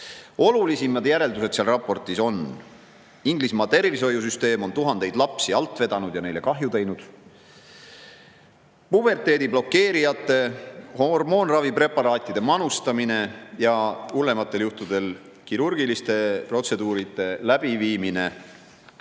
Olulisimad järeldused seal raportis on sellised. Inglismaa tervishoiusüsteem on tuhandeid lapsi alt vedanud ja neile kahju teinud. Puberteeti blokeerivate hormoonravi preparaatide manustamine ja hullematel juhtudel kirurgiliste protseduuride läbiviimine